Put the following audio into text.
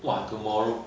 !wah! tomorrow